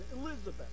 Elizabeth